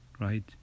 Right